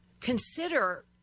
consider